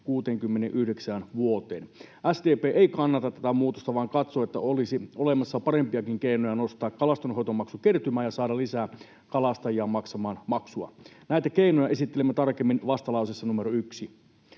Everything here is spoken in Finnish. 69 vuoteen. SDP ei kannata tätä muutosta vaan katsoo, että olisi olemassa parempiakin keinoja nostaa kalastonhoitomaksukertymää ja saada lisää kalastajia maksamaan maksua. Näitä keinoja esittelemme tarkemmin vastalauseessa numero 1.